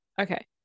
Okay